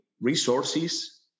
resources